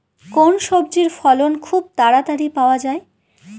কোন সবজির ফলন খুব তাড়াতাড়ি পাওয়া যায়?